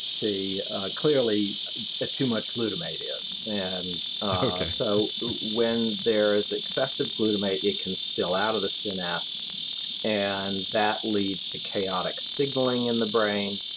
clearly ah too much glutamate is, and so when there is excessive glutamate, it can spill out of the synapse and that leads to chaotic signaling in the brain.